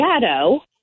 shadow